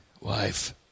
wife